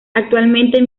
actualmente